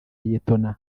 liyetona